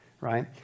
right